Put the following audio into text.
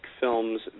films